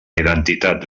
identitat